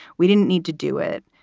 we didn't need to do it.